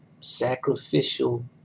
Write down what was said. sacrificial